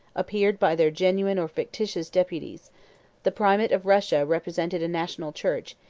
appeared by their genuine or fictitious deputies the primate of russia represented a national church,